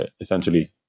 essentially